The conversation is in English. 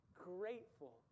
grateful